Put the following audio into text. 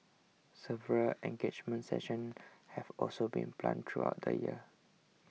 several engagement sessions have also been planned throughout the year